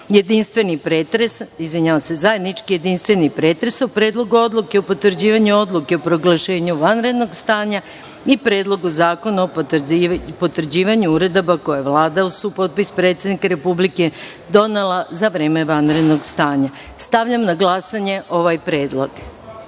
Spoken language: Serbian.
sam da se obavi zajednički jedinstveni pretres o Predlogu odluke o potvrđivanju Odluke o proglašenju vanrednog stanja i Predlogu zakona o potvrđivanju uredaba koje je Vlada, uz supotpis predsednika Republike, donela za vreme vanrednog stanja. Stavljam na glasanje ovaj